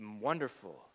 wonderful